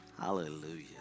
Hallelujah